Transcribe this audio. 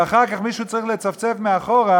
ואחר כך מישהו צריך לצפצף מאחורה,